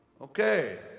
Okay